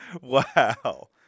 Wow